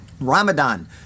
Ramadan